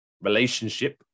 relationship